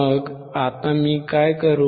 मग आता मी काय करू